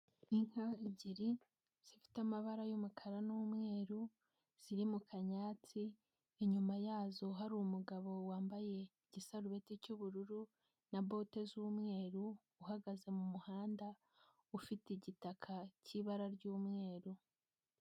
Inka ebyiri zifite amabara y'umukara n'umweru, ziri mu kanyatsi, inyuma yazo hari umugabo wambaye igisarubete cy'ubururu na bote z'umweru, uhagaze mu muhanda, ufite igitaka cy'ibara ry'umweru.